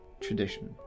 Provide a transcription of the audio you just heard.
tradition